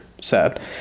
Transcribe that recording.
Sad